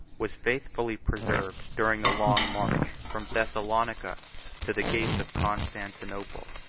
was faithfully preserved during the long march from thessalonica to the gates of constantinople.